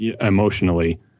emotionally